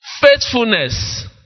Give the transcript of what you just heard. faithfulness